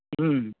ᱦᱮᱸ